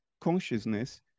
consciousness